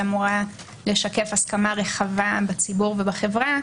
שאמורה לשקף הסכמה רחבה בציבור ובחברה,